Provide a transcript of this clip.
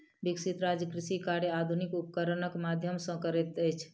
विकसित राज्य कृषि कार्य आधुनिक उपकरणक माध्यम सॅ करैत अछि